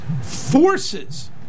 forces